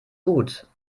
gut